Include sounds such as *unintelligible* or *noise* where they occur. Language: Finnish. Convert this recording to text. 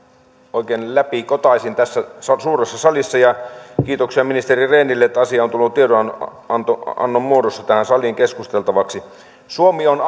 oikein läpikotaisin tässä suuressa salissa ja kiitoksia ministeri rehnille että asia on tullut tiedonannon muodossa tähän saliin keskusteltavaksi suomi on *unintelligible*